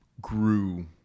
grew